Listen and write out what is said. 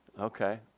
Okay